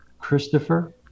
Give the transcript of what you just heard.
Christopher